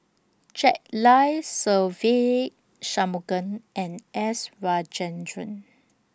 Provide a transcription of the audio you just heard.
Jack Lai Se Ve Shanmugam and S Rajendran